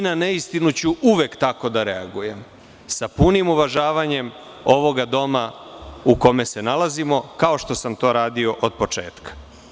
Na neistinu ću uvek tako da reagujem, sa punim uvažavanjem ovog doma u kome se nalazimo, kao što sam to radio od početka.